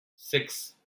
six